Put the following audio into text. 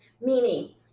meaning